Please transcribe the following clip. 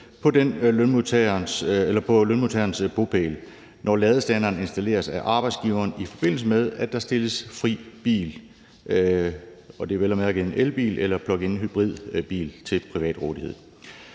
på lønmodtagerens bopæl, når ladestanderen installeres af arbejdsgiveren, i forbindelse med at der stilles fri bil – når det vel at mærke er en elbil eller en pluginhybridbil – til privat rådighed.